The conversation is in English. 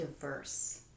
diverse